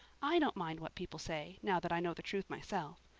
i don't mind what people say, now that i know the truth myself.